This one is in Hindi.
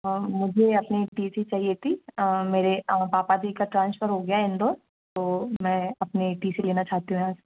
मुझे अपने टी सी चाहिए थी मेरे पापा जी का ट्रांसफर हो गया इंदौर तो मैं अपने टी सी लेना चाहती हूँ यहाँ से